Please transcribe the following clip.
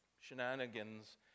shenanigans